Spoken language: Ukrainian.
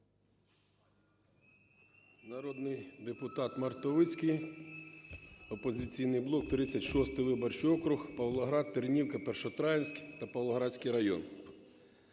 Народний депутата Мартовицький, "Опозиційний блок", 36 виборчий округ, Павлоград, Тернівка, Першотравенськ та Павлоградський район.